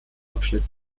abschnitt